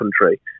country